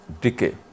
decay